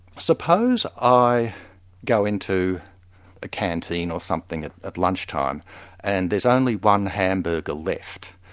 suppose i go into a canteen or something at at lunchtime and there's only one hamburger left,